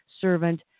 servant